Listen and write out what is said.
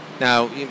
Now